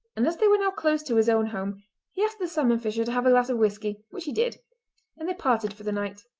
and as they were now close to his own home he asked the salmon-fisher to have a glass of whisky which he did and they parted for the night.